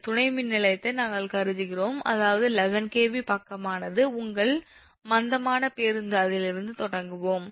இந்த துணை மின்நிலையத்தை நாங்கள் கருதுகிறோம் அதாவது 11 𝑘𝑉 பக்கமானது உங்கள் மந்தமான பேருந்து அதிலிருந்து நாங்கள் தொடங்குவோம்